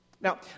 Now